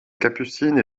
capucines